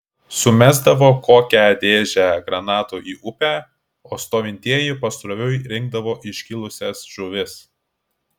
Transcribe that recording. sumesdavo kokią dėžę granatų į upę o stovintieji pasroviui rinkdavo iškilusias žuvis